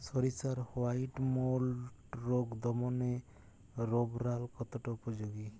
সরিষার white mould রোগ দমনে রোভরাল কতটা উপযোগী?